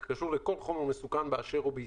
זה קשור לכל חומר מסוכן באשר הוא.